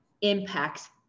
impacts